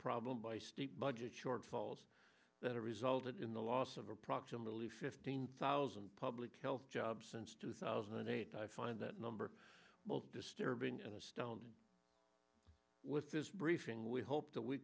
problem by state budget shortfalls that have resulted in the loss of approximately fifteen thousand public health jobs since two thousand and eight i find that number most disturbing and astounding with this briefing we hope that we